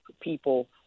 people